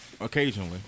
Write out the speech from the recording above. Occasionally